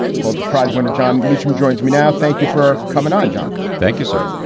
pulitzer prize winner jon meacham joins me now. thank you for coming on, john. thank you, sir.